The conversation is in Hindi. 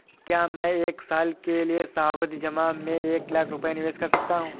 क्या मैं एक साल के लिए सावधि जमा में एक लाख रुपये निवेश कर सकता हूँ?